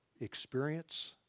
experience